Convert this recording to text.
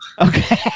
Okay